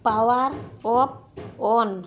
power off on